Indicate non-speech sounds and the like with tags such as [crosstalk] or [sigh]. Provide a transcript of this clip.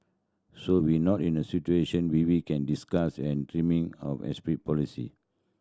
so we're not in a situation where we can discuss and [unintelligible] of [unintelligible] policy